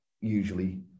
usually